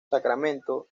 sacramento